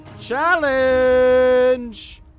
challenge